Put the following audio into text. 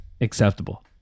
acceptable